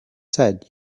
said